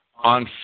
on